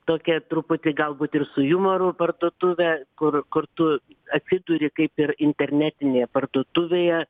tokia truputį galbūt ir su jumoru parduotuvė kur kur tu atsiduri kaip ir internetinėje parduotuvėje